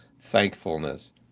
thankfulness